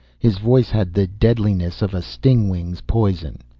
his voice had the deadliness of a stingwing's poison.